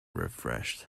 refreshed